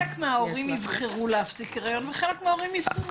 חלק מההורים יבחרו להפסיק היריון וחלק מההורים יבחרו להמשיך.